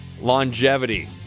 longevity